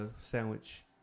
sandwich